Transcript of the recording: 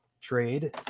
trade